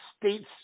States